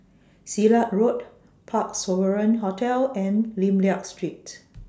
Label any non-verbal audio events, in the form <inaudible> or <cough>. Silat Road Parc Sovereign Hotel and Lim Liak Street <noise>